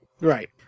Right